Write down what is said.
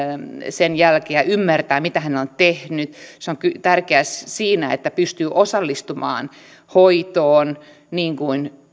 sen jälkeen ja ymmärtää mitä hänelle on tehty se on tärkeää siinä että pystyy osallistumaan hoitoon niin kuin